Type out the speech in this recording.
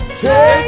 Take